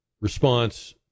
response